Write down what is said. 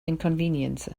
inconvenience